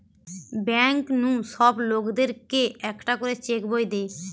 bank নু সব লোকদের কে একটা করে চেক বই দে